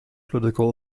political